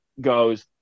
goes